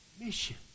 mission